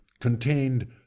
contained